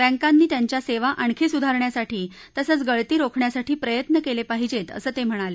बैंकांनी त्यांच्या सेवा आणखी सुधारण्यासाठी तसंच गळती रोखण्यासाठी प्रयत्न केले पाहिजेत असं ते म्हणाले